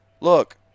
Look